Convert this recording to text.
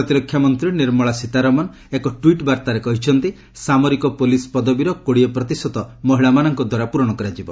ପ୍ରତିରକ୍ଷା ମନ୍ତ୍ରୀ ନିର୍ମଳା ସୀତାରମଣ ଏକ ଟ୍ୱିଟ୍ ବାର୍ତ୍ତାରେ କହିଛନ୍ତି ସାମରିକ ପୋଲିସ ପଦବୀର କୋଡ଼ିଏ ପ୍ରତିଶତ ମହିଳାମାନଙ୍କ ଦ୍ୱାରା ପୁରଣ କରାଯିବ